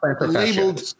labeled